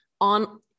on